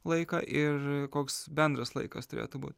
laiką ir koks bendras laikas turėtų būt